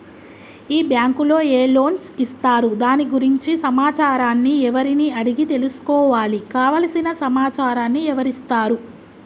ఈ బ్యాంకులో ఏ లోన్స్ ఇస్తారు దాని గురించి సమాచారాన్ని ఎవరిని అడిగి తెలుసుకోవాలి? కావలసిన సమాచారాన్ని ఎవరిస్తారు?